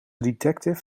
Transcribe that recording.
detective